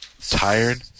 Tired